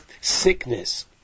sickness